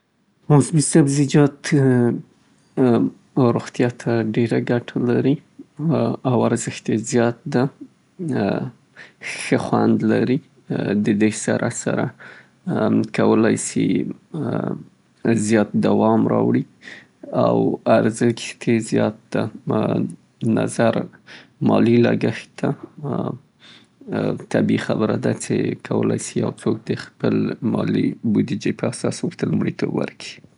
خواړه زمونږ په ټول ، په ټولیزه روغتیا کې مهم رول لوبیی، هغه مهم او اړین مغذي مواد چمتو کول د بدن د پیاوړي ساتلو لپاره مرسته کیې. د میوو، سبزیجاتو او ټولو حبوباتو او پروټینونو څخه بډایه خواړه د صحي وزن ساتلو کې مرسته کیي، د معافیت سیستم پیاوړي کیی.